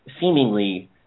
seemingly